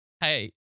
Hey